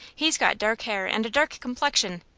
he's got dark hair and a dark complexion,